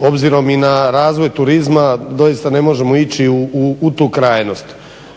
Obzirom i na razvoj turizma, doista ne možemo ići u tu krajnost,